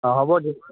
অঁ হ'ব দিয়ক